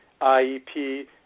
IEP